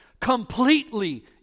completely